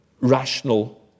rational